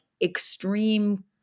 extreme